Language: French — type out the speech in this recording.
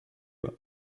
bas